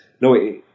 no